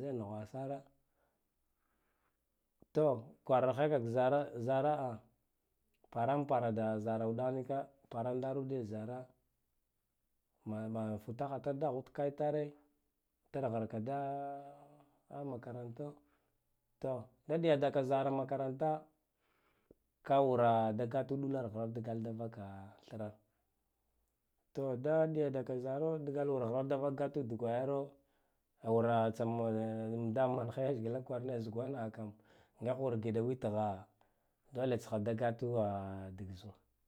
zi nughusara to kwararghekak zara zara a paramparada da zara uɗa nika parandaludi zara mana mana futokhakandaghud kaytare mbighrkada da makaranto te da ɗuta daka zara makaranta ka wura da gatu ɗular ghrar da vaka thrar to da ɗiyadaka da zaro da wur ghrar davagatgatu dik wayaro awura tsama damanghai leshgla kwarane zugwanaha kam ga wur giɗa witgha doletskha da gatu dagzuwa